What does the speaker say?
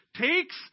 takes